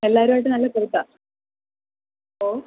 എല്ലാവരും ആയിട്ട് നല്ല കൂട്ടാണ് ഓ